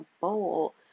bowl